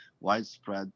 widespread